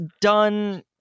done